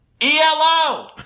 ELO